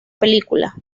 película